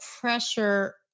pressure